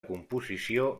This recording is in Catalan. composició